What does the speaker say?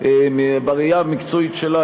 בראייה המקצועית שלה,